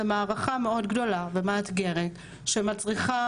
זה מערכה מאוד גדולה ומאתגרת שמצריכה